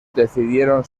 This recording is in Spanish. decidieron